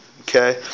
okay